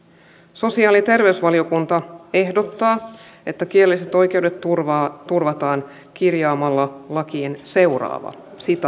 sosiaali ja terveysvaliokunta ehdottaa että kielelliset oikeudet turvataan kirjaamalla lakiin seuraavaa